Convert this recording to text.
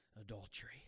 adultery